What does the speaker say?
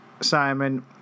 Simon